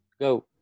go